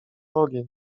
ogień